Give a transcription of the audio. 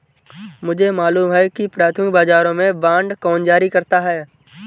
मुझे मालूम है कि प्राथमिक बाजारों में बांड कौन जारी करता है